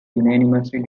unanimously